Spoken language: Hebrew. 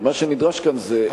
ומה שנדרש כאן זה,